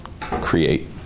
create